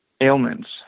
ailments